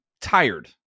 tired